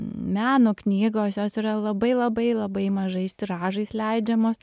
meno knygos jos yra labai labai labai mažais tiražais leidžiamos